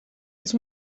als